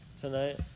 tonight